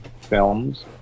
films